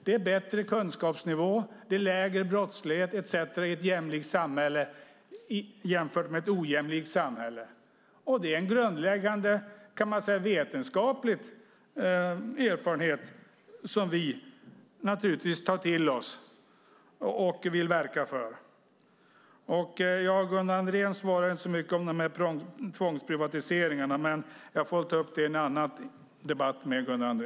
Det är högre kunskapsnivå, lägre brottslighet etcetera i ett jämlikt samhälle än i ett ojämlikt samhälle. Det är, kan man säga, en grundläggande vetenskaplig erfarenhet som vi naturligtvis tar till oss och vill verka för. Gunnar Andrén svarade inte riktigt på frågan om tvångsprivatiseringarna, men jag får väl ta upp det i en annan debatt med honom.